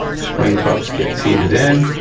spring cups get seated in,